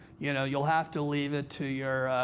you know you'll have to leave it to your